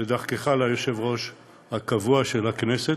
ודרכך, ליושב-ראש הקבוע של הכנסת,